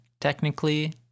technically